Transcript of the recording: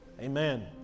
Amen